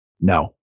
No